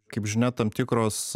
kaip žinia tam tikros